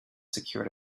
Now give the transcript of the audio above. secured